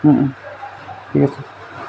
ঠিক আছে